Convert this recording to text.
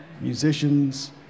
musicians